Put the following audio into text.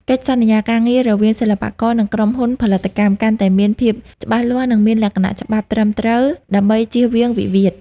កិច្ចសន្យាការងាររវាងសិល្បករ និងក្រុមហ៊ុនផលិតកម្ម កាន់តែមានភាពច្បាស់លាស់ និងមានលក្ខណៈច្បាប់ត្រឹមត្រូវដើម្បីចៀសវាងវិវាទ។